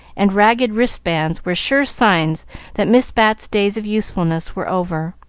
and ragged wristbands were sure signs that miss bat's days of usefulness were over.